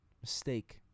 mistake